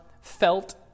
felt